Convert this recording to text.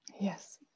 Yes